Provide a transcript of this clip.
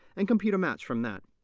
and compute a match from that.